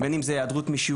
בין אם זה היעדרות משיעורים,